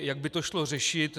Jak by to šlo řešit?